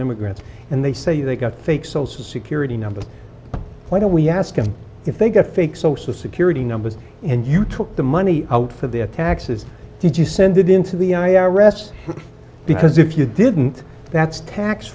immigrants and they say they've got fake social security numbers why don't we ask them if they get fake social security numbers and you took the money out for their taxes did you send it in to the i r s because if you didn't that's tax